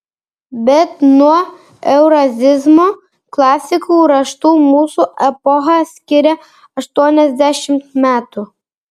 bet nuo eurazizmo klasikų raštų mūsų epochą skiria aštuoniasdešimt metų